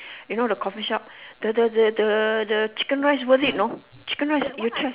you know the coffee shop the the the the chicken rice worth it know chicken rice you try